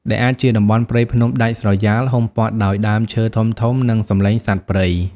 ដែលអាចជាតំបន់ព្រៃភ្នំដាច់ស្រយាល ហ៊ុមព័ទ្ធដោយដើមឈើធំៗ និងសំឡេងសត្វព្រៃ។